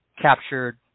captured